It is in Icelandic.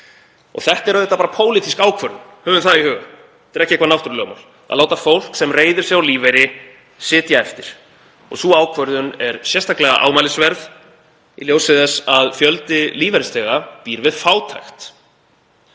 Þetta er auðvitað bara pólitísk ákvörðun, höfum það í huga, það er ekki eitthvert náttúrulögmál að láta fólk sem reiðir sig á lífeyri sitja eftir. Sú ákvörðun er sérstaklega ámælisverð í ljósi þess að fjöldi lífeyrisþega býr við fátækt.